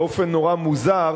באופן נורא מוזר,